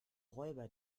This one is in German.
räuber